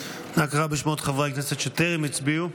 אנא קרא בשמות חברי הכנסת שטרם הצביעו.